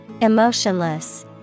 Emotionless